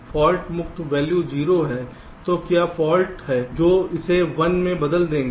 fault मुक्त value 0 है तो क्या फाल्ट हैं जो इसे 1 में बदल देंगे